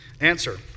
Answer